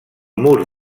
mur